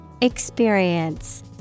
experience